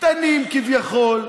קטנים כביכול,